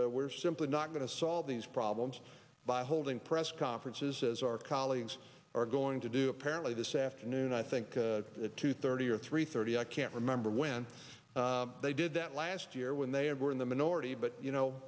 that we're simply not going to solve these problems by holding press conferences as our colleagues are going to do apparently this afternoon i think at two thirty or three thirty i can't remember when they did that last year when they were in the minority but you know